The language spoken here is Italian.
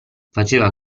faceva